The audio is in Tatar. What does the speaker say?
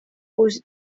үзе